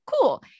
cool